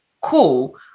Cool